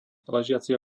ležiaci